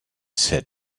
said